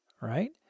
Right